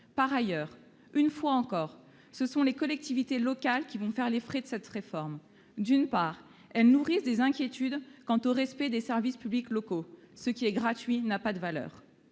Par ailleurs, une fois encore, ce sont les collectivités locales qui vont faire les frais de cette réforme. D'une part, elles nourrissent des inquiétudes quant au respect des services publics locaux- ce qui est gratuit n'a pas de valeur